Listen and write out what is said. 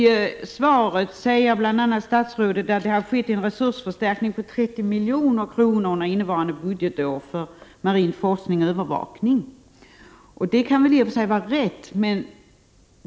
I svaret säger statsrådet bl.a. att regeringen har föreslagit en resursförstärkning på 30 milj.kr. för innevarande budgetår avseende marin forskning och övervakning. Det kan i och för sig vara riktigt.